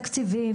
תקציבים,